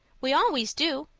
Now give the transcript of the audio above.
we always do.